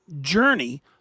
Journey